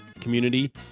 community